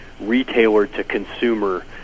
retailer-to-consumer